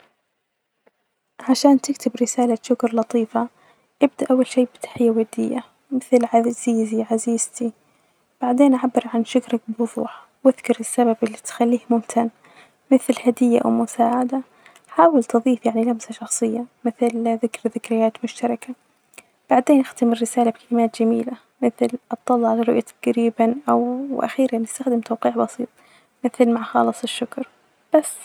عشان تكتب رسالة شكر لطيفة إبدأ أول شئ بتحية ودية، مث عزيزي، عزيزتي ،بعدين عبر عن شكرك بوظوح، وأذكر السبب اللي تخلية ممتن، مثل هدية أو مساعدة حاول تظيف يعني لمسة شخصية، مثل ذكر ذكريات مشتركة بعدين إختم الرسالة بكلمات جميلة مثل أطلع لرؤيتك جريبا، أو آخيرا غستخدم توجيع بسيط مثل مع خالص الشكر بس.